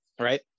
right